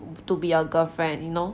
to be your girlfriend you know